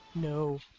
No